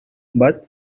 but